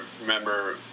remember